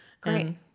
Great